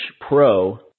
Pro